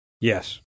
yes